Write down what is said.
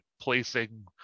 placing